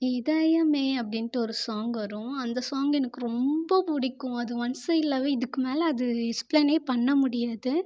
இதயமே அப்படின்டு ஒரு சாங் வரும் அந்த சாங் எனக்கு ரொம்ப பிடிக்கும் அது ஒன் சைட் லவ்வை இதுக்கு மேல் அது எஸ்ப்லேனே பண்ண முடியாது